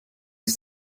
ist